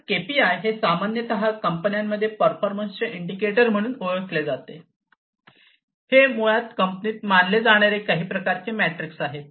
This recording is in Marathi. तर केपीआय हे सामान्यतः कंपन्यांमध्ये की परफॉर्मन्सचे इंडिकेटर म्हणून ओळखले जाते हे मुळात कंपनीत मानले जाणारे काही प्रकारचे मेट्रिक्स आहेत